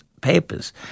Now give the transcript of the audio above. papers